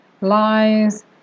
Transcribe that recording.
lies